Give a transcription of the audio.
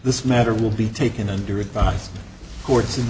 this matter will be taken under advice cour